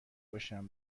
باشم